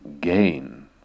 gain